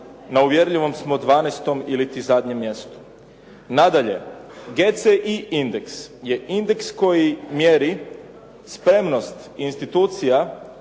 na uvjerljivom smo 12 iliti zadnjem mjestu. Nadalje, GCI indeks je indeks koji mjeri spremnost institucija,